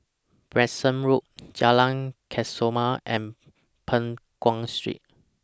Branksome Road Jalan Kesoma and Peng Nguan Street